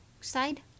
side